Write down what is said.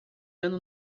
ano